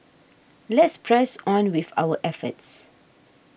let's press on with our efforts